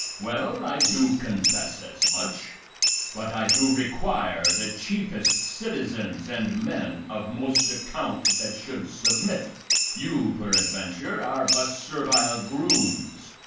well, i do confess as much but i do require the chiefest citizens and men of most account that should submit you, peradventure, are but servile grooms,